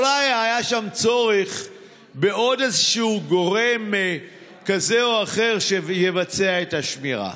אולי היה שם צורך בעוד גורם כזה או אחר שיבצע את השמירה.